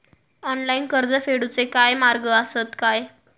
Online कर्ज फेडूचे काय मार्ग आसत काय?